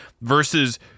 versus